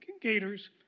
gators